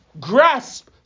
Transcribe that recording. grasp